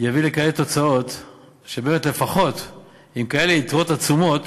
יביא לכאלה תוצאות שבאמת לפחות עם כאלה יתרות עצומות,